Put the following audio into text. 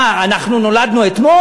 מה, אנחנו נולדנו אתמול?